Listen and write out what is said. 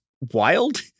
wild